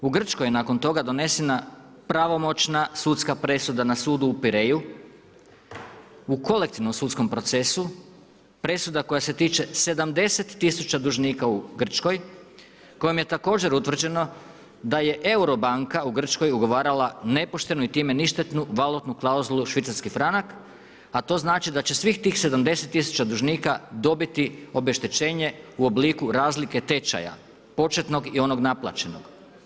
U Grčkoj je nakon toga donesena pravomoćna sudska presuda na sudu u Pireju u kolektivnom sudskom procesu, presuda koja se tiče 70 000 dužnika u Grčkoj, kojom je također utvrđeno da je Eurobanka u Grčkoj ugovarala nepoštenu i time ništetnu valutnu klauzulu švicarski franak, a to znači da će svih tih 70 000 dužnika dobiti obeštećenje u obliku razlike tečaja početnog i onog naplaćenog.